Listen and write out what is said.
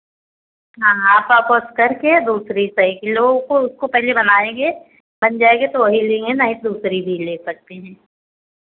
हाँ आप वापस कर के दूसरी साइकिल लो उसको उसको पहले बनाएँगे बन जाएगी तो वही लेंगे नहीं तो दूसरी भी ले सकते हैं